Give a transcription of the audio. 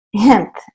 hemp